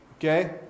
Okay